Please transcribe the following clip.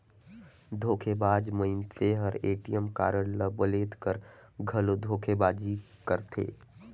धोखेबाज मइनसे हर ए.टी.एम कारड ल बलेद कर घलो धोखेबाजी करथे